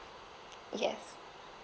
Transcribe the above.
yes